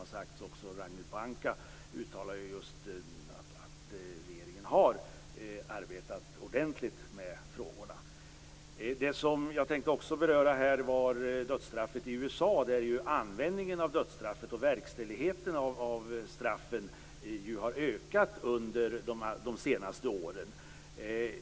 Ragnhild Pohanka uttalade just att regeringen har arbetat ordentligt med frågorna. Jag tänkte även beröra dödsstraffet i USA, där användningen av dödsstraffet och verkställigheten av straffen har ökat under de senaste åren.